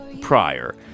prior